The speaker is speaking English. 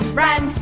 run